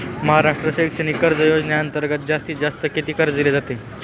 महाराष्ट्र शैक्षणिक कर्ज योजनेअंतर्गत जास्तीत जास्त किती कर्ज दिले जाते?